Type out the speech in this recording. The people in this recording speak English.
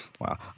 Wow